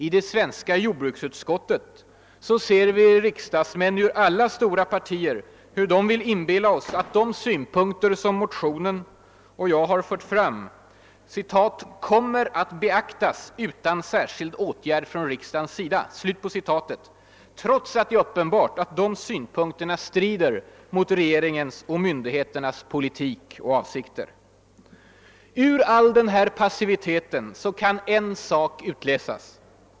I det svenska jordbruksutskottet se vi hur riksdagsmän ur alla stora partier vill in billa oss att de synpunkter som motionen och jag fört fram »kommer att beaktas utan särskild åtgärd från riksdagens sida», trots att det är uppenbart att de synpunkterna strider mot regeringens och myndigheternas politik och avsikter. Ur all denna passivitet kan en sak utläsas.